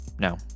No